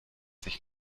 sich